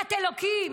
יראת אלוקים.